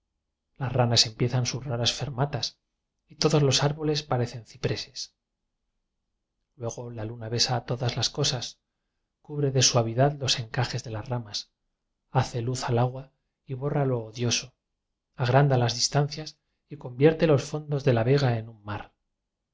las ranas empiezan sus raras fermatas y todos los árboles pa recen cipreces luego la luna besa a to das las cosas cubre de suavidad los enca jes de las ramas hace luz al agua borra lo odioso agranda las distancias y convierte los fondos de la vega en un mar